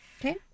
okay